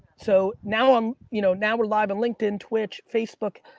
so now um you know now we're live on linkedin, twitch, facebook,